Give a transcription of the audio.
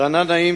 רענן נעים,